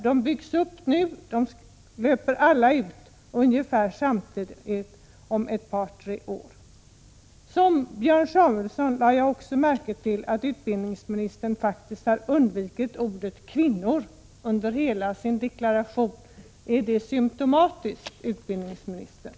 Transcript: De byggs upp nu och löper alla ut ungefär samtidigt, om ett par tre år. Liksom Björn Samuelson lade jag märke till att utbildningsministern faktiskt undvikit ordet kvinnor under hela sin deklaration. Är det symtomatiskt, utbildningsministern?